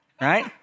right